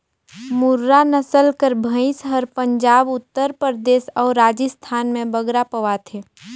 मुर्रा नसल कर भंइस हर पंजाब, उत्तर परदेस अउ राजिस्थान में बगरा पवाथे